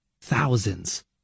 Thousands